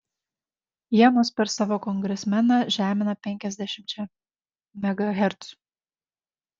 jie mus per savo kongresmeną žemina penkiasdešimčia megahercų